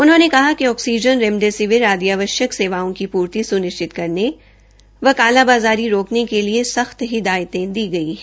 उन्होंने कहा कि ऑक्सीजन रेमडिसिवर आदि आवश्यक सेवाओं की पूर्ति सुनिश्चित करने व कालाबाजरी रोकने के लिए सख्त हिदायतें दी गई हैं